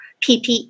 PPE